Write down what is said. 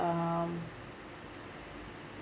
um